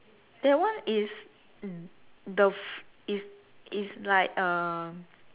that one is the is is like uh